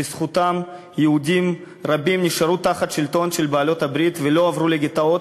בזכותם יהודים רבים נשארו תחת השלטון של בעלות-הברית ולא עברו לגטאות,